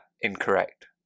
incorrect